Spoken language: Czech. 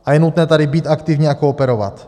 A je nutné tady být aktivně a kooperovat.